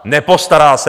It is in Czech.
Nepostará se!